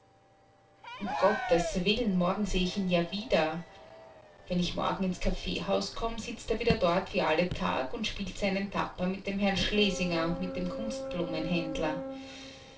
um gottes willen morgen seh ich ihn ja wieder wenn ich morgen ins kaffeehaus komm sitzt er wieder dort wie alle tag und spielt seinen tapper mit dem herrn schlesinger und mit dem